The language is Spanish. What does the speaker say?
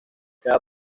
cada